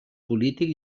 polític